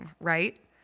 right